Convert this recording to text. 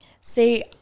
See